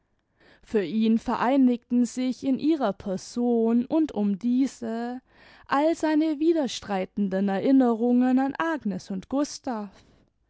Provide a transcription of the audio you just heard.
für ihn vereinigten sich in ihrer person und um diese all seine widerstreitenden erinnerungen an agnes und gustav